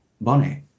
Bonnie